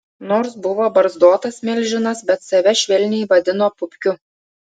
nors buvo barzdotas milžinas bet save švelniai vadino pupkiu